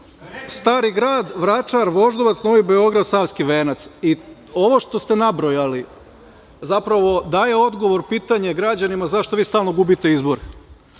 Stari grad, Vračar, Voždovac, Novi Beograd, Savski venac i ovo što ste nabrojali zapravo daje odgovor na pitanje građanima zašto vi stalno gubite izbore.